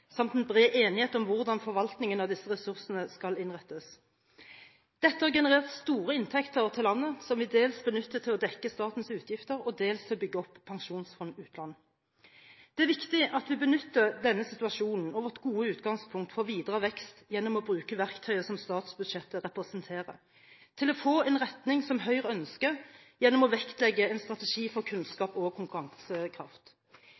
samt at det er en bred enighet om hvordan forvaltningen av disse ressursene skal innrettes. Dette har generert store inntekter til landet som vi dels benytter til å dekke statens utgifter og dels til å bygge opp Statens pensjonsfond utland. Det er viktig at vi benytter denne situasjonen og vårt gode utgangspunkt for videre vekst ved å bruke verktøyet som statsbudsjettet representerer, til å få en retning som Høyre ønsker, gjennom å vektlegge en strategi for